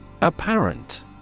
Apparent